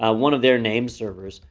ah one of their name servers.